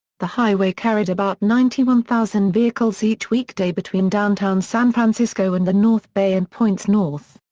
the highway carried about ninety one thousand vehicles each weekday between downtown san francisco and the north bay and points north.